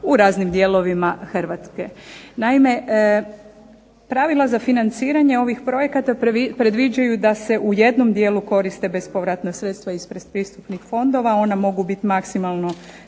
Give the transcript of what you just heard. u raznim dijelovima Hrvatske. Naime, pravila za financiranje ovih projekata predviđaju da se u jednom dijelu koriste bespovratna sredstva iz pretpristupnih fondova. Ona mogu biti maksimalno